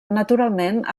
naturalment